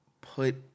put